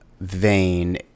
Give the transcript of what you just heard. vein